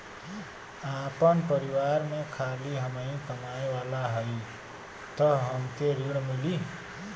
आपन परिवार में खाली हमहीं कमाये वाला हई तह हमके ऋण मिली?